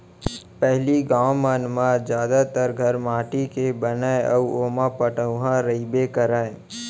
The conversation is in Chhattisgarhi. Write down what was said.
पहिली गॉंव मन म जादा घर माटी के बनय अउ ओमा पटउहॉं रइबे करय